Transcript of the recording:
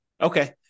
Okay